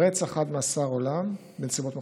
רצח בנסיבות מחמירות,